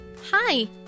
Hi